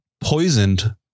poisoned